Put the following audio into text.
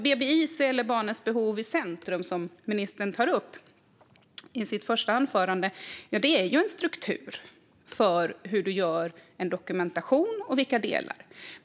Barns behov i centrum, BBIC, som ministern tog upp i sitt första anförande, är en struktur för delarna i dokumentation.